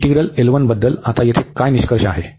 तर इंटीग्रल बद्दल आता येथे निष्कर्ष काय आहे